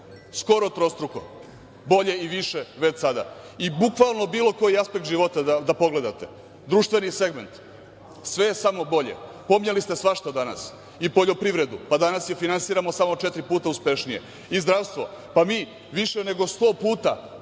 skoro trostruko, bolje i više sada. I, bukvalno bilo koji aspekt života da pogledate, društveni segment, sve je samo bolje. Pominjali ste svašta danas i poljoprivredu, pa32/3 JJ/LŽdanas je finansiramo samo četiri puta uspešnije. Zdravstvo, pa mi više nego sto puta